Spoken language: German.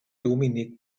dominik